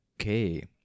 Okay